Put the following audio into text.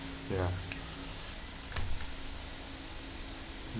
ya